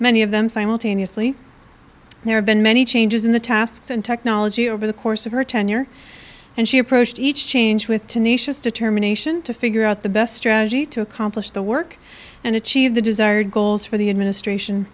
many of them simultaneously there have been many changes in the tasks in technology over the course of her tenure and she approached each change with tenacious determination to figure out the best strategy to accomplish the work and achieve the desired goals for the administration